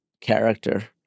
character